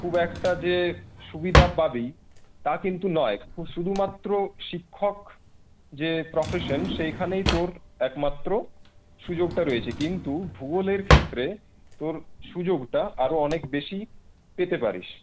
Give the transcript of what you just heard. খুব একটা যে সুবিধা পাবি তা কিন্তু নয় শুধুমাত্র শিক্ষক যে প্রফেশন সেখানেই তোর একমাত্র সুযোগটা রয়েছে কিন্তু ভূগোলের ক্ষেত্রে তোর সুযোগটা আরো অনেক বেশি পেতে পারিস